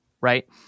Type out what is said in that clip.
right